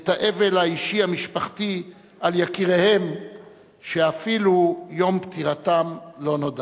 את האבל האישי המשפחתי על יקיריהם שאפילו יום פטירתם לא נודע.